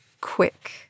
quick